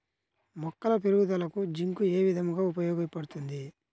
మొక్కల పెరుగుదలకు జింక్ ఏ విధముగా ఉపయోగపడుతుంది?